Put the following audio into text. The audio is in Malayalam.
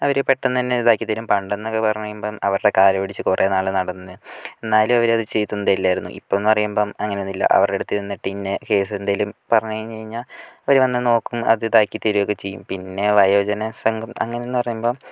അവർ പെട്ടെന്നു തന്നെ ഇതാക്കി തരും പണ്ടെന്നൊക്കെ പറഞ്ഞ് കഴിയുമ്പം അവരുടെ കാല് പിടിച്ച് കുറേ നാള് നടന്നു എന്നാലും അവരത് ചെയ്തൊന്നും തരില്ലായിരുന്നു ഇപ്പോഴെന്ന് പറയുമ്പം അങ്ങനെ ഒന്നുമില്ലാ അവരുടെ അടുത്ത് ചെന്നിട്ട് ഇന്ന കേസ് എന്തെങ്കിലും പറഞ്ഞു കഴിഞ്ഞാൽ അവർ വന്ന് നോക്കും അത് ഇതാക്കി തരികയൊക്കെ ചെയ്യും പിന്നെ വയോജന സംഘം അങ്ങനെയെന്ന് പറയുമ്പോൾ